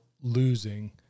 losing